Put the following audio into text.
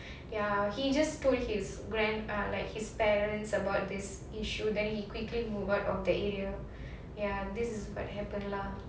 ya he just told his grand~ ah like his parents about this issue then he quickly move out of the area ya this is what happened lah